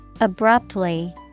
Abruptly